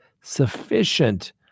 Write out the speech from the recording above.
sufficient